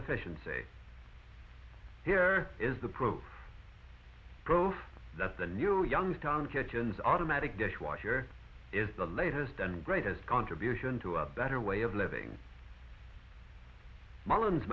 efficiency here is the proof both that the near youngstown kitchens automatic dishwasher is the latest and greatest contribution to a better way of living m